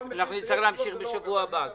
נמשיך בשבוע הבא.